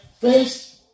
face